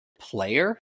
player